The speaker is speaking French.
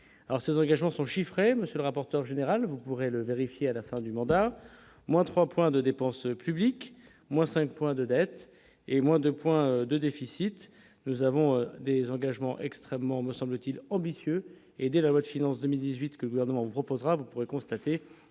alors, ces engagements sont chiffrés, monsieur le rapporteur général, vous pourrez le vérifier à la fin du mandat, moins 3 points de dépenses publiques, moins 5 points de dettes et moins de points de déficit, nous avons des engagements extrêmement me semble-t-il, ambitieux et dès la loi de finances 2018 que gouvernement proposera, vous pourrez constater